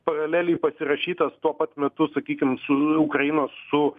paraleliai pasirašytas tuo pat metu sakykim su ukrainos su